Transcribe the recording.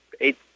eight